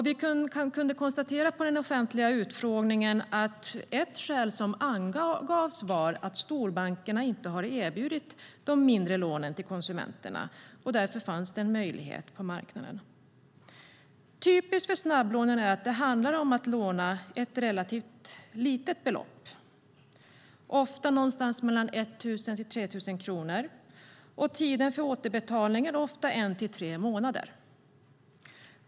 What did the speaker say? Vi kunde konstatera vid den offentliga utfrågningen att ett skäl som angavs var att storbankerna inte har erbjudit de mindre lånen till konsumenterna. Därför uppstod en möjlighet på marknaden. Typiskt för snabblånen är att det handlar om att låna ett relativt litet belopp, ofta någonstans mellan 1 000 och 3 000 kronor, och tiden för återbetalning är ofta en till tre månader.